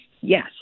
Yes